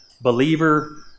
believer